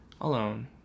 alone